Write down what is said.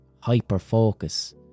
hyper-focus